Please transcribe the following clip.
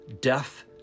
death